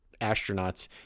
astronauts